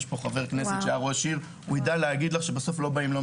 יש פה חבר כנסת שהיה ראש עיר והוא יכול גם לומר שבסוף באים אלינו,